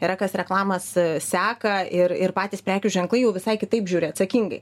yra kas reklamas seka ir ir patys prekių ženklai jau visai kitaip žiūri atsakingai